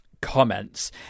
Comments